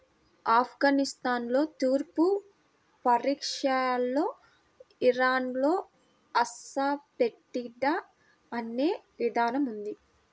ఆఫ్ఘనిస్తాన్లో, తూర్పు పర్షియాలో, ఇరాన్లో అసఫెటిడా అనే విధానం ఉంది